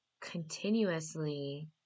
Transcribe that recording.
continuously